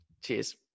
Cheers